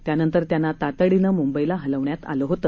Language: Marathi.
त्यानंतर त्यांना तातडीने मुंबईला हलविण्यात आले होते